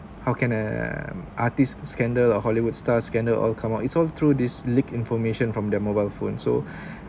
how can an artist scandal or hollywood stars scandal all come out it's all through this leak information from their mobile phone so